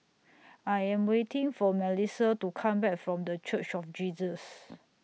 I Am waiting For Melisa to Come Back from The Church of Jesus